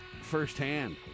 firsthand